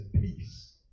peace